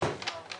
פניות